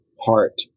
heart